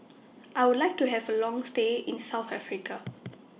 I Would like to Have A Long stay in South Africa